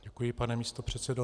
Děkuji, pane místopředsedo.